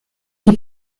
die